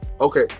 Okay